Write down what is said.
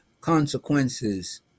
consequences